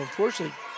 Unfortunately